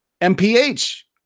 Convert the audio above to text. MPH